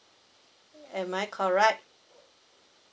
am I correct